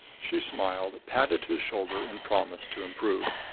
she smiled, patted his shoulder and promised to improve.